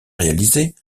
réalisés